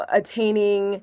attaining